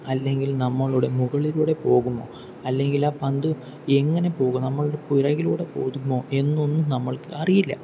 അല്ലെങ്കിൽ നമ്മളുടെ മുകളിലൂടെ പോകുമോ അല്ലെങ്കിൽ ആ പന്ത് എങ്ങനെ പോകും നമ്മളുടെ പുറകിലൂടെ പോകുമോ എന്നൊന്നും നമ്മൾക്കറിയില്ല